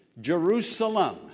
jerusalem